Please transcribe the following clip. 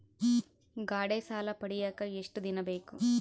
ಗಾಡೇ ಸಾಲ ಪಡಿಯಾಕ ಎಷ್ಟು ದಿನ ಬೇಕು?